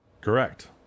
Correct